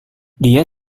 dia